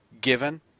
given